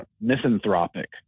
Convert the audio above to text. misanthropic